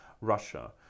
Russia